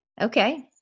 Okay